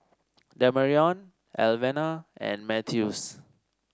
Demarion Alvena and Mathews